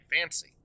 fancy